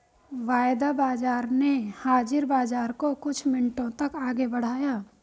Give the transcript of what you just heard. वायदा बाजार ने हाजिर बाजार को कुछ मिनटों तक आगे बढ़ाया